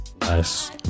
Nice